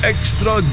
Extra